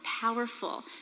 powerful